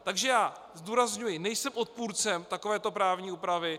Takže já, zdůrazňuji, nejsem odpůrcem takovéto právní úpravy.